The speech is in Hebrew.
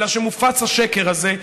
אלא שמופץ השקר הזה,